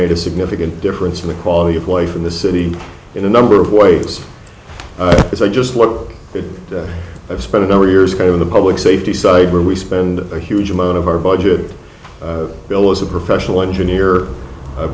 made a significant difference in the quality of life in the city in a number of ways because i just what i've spent a number of years ago in the public safety side where we spend a huge amount of our budget bill was a professional engineer